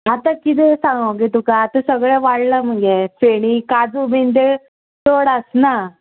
आतां किदें सांगो गे तुका आतां सगळें वाडला मगे फेणी काजू बीन तें चड आसना